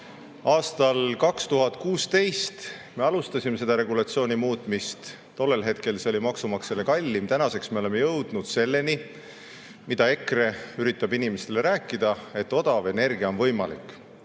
Aastal 2016 alustasime me regulatsiooni muutmist. Tollel ajal oli see maksumaksjale kallim. Tänaseks oleme me jõudnud selleni, mida EKRE üritab inimestele rääkida, et odav energia on võimalik.